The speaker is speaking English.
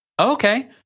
Okay